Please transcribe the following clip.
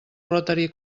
rotary